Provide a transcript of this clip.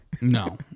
no